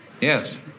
Yes